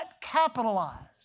capitalized